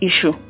issue